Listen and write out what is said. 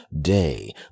day